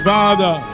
Father